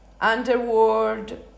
underworld